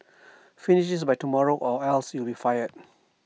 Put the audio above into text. finish this by tomorrow or else you'll be fired